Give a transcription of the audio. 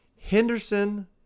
Henderson